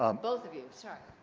um both of you, sorry.